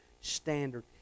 standard